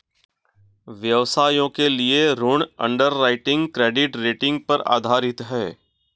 व्यवसायों के लिए ऋण अंडरराइटिंग क्रेडिट रेटिंग पर आधारित है